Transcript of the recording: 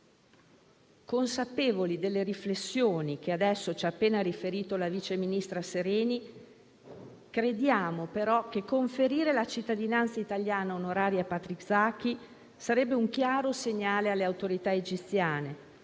Consapevoli delle riflessioni che adesso ci ha appena riferito la vice ministra Sereni, crediamo però che conferire la cittadinanza italiana onoraria a Patrick Zaki sarebbe un chiaro segnale alle autorità egiziane,